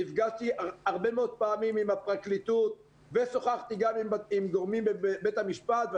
נפגשתי הרבה מאוד פעמים עם הפרקליטות ושוחחתי גם עם גורמים בבית המשפט.